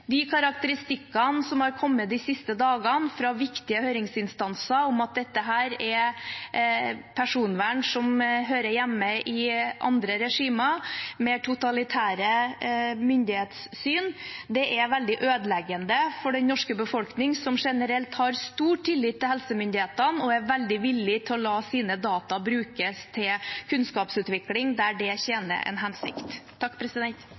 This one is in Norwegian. De karakteristikkene som har kommet de siste dagene fra viktige høringsinstanser om at dette er personvern som hører hjemme i andre regimer, med totalitære myndighetssyn, er veldig ødeleggende for den norske befolkningen, som generelt har stor tillit til helsemyndighetene og er veldig villig til å la sine data brukes til kunnskapsutvikling der det